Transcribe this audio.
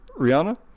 Rihanna